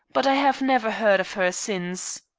but i have never heard of her since.